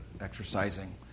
exercising